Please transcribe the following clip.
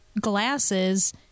glasses